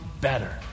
better